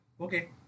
Okay